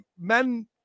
men